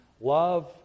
Love